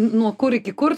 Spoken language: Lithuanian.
nuo kur iki kur